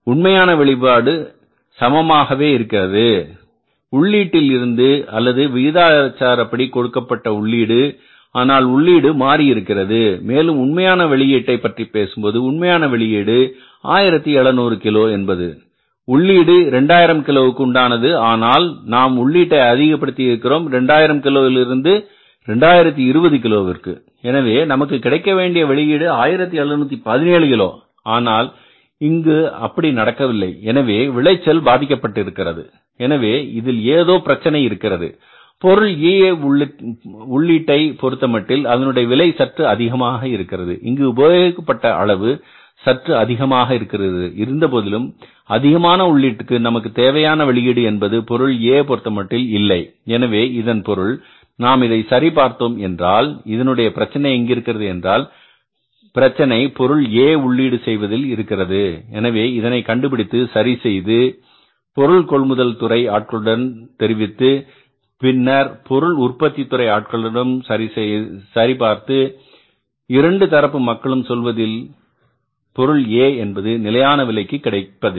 உண்மையான வெளிப்பாடு சமமாகவே இருக்கிறது உள்ளீட்டில் இருந்து அல்லது விகிதாச்சாரப்படி கொடுக்கப்பட்ட உள்ளீடு ஆனால் உள்ளீடு மாறி இருக்கிறது மேலும் உண்மையான வெளியீட்டை பற்றிப் பேசும்போது உண்மையான வெளியீடு 1700 கிலோ என்பது உள்ளீடு 2000 கிலோவுக்கு உண்டானது ஆனால் நாம் உள்ளீட்டை அதிகப்படுத்தி இருக்கிறோம் 2000 கிலோவில் இருந்து 2020 கிலோவுக்கு எனவே நமக்கு கிடைக்கவேண்டிய வெளியீடு 1717 கிலோ ஆனால் இங்கு அப்படி நடக்கவில்லை எனவே இங்கு விளைச்சல் பாதிக்கப்பட்டிருக்கிறது எனவே இதில் ஏதோ பிரச்சனை இருக்கிறது பொருள் A உள்ளீட்டை பொருத்தமட்டில் அதனுடைய விலை சற்று அதிகமாக இருக்கிறது இங்கு உபயோகிக்கப்பட்ட அளவு சற்று அதிகமாக இருக்கிறது இருந்தபோதிலும் அதிகமான உள்ளீட்டுக்கு நமக்கு தேவையான வெளியீடு என்பது பொருள் A பொருத்தமட்டில் இல்லை எனவே இதன் பொருள் நாம் இதை சரி பார்த்தோம் என்றால் இதனுடைய பிரச்சனை எங்கிருக்கிறது என்றால் பிரச்சனை பொருள் A உள்ளீடு செய்வதில் இருக்கிறது எனவே இதனை கண்டுபிடித்து சரி செய்து பொருள் கொள்முதல் துறை ஆட்களுடன் தெரிவித்து பின்னர் பொருள் உற்பத்தித்துறை ஆட்கள் இடமும் சரிபார்க்க செய்து 2 தரப்பு மக்களும் சொல்வதில் பொருள் A என்பது நிலையான விலைக்கு கிடைப்பதில்லை